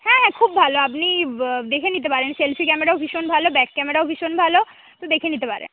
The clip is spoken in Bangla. হ্যাঁ হ্যাঁ খুব ভালো আপনি দেখে নিতে পারেন সেলফি ক্যামেরাও ভীষণ ভালো ব্যাক ক্যামেরাও ভীষণ ভালো তো দেখে নিতে পারেন আপ